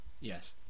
yes